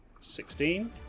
Sixteen